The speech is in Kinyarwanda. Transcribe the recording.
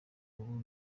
ubu